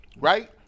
right